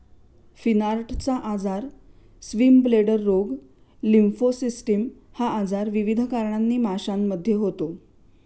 फिनार्टचा आजार, स्विमब्लेडर रोग, लिम्फोसिस्टिस हा आजार विविध कारणांनी माशांमध्ये होतो